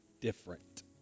different